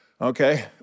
Okay